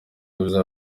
bavuga